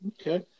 Okay